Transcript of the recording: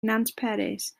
nantperis